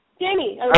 Jamie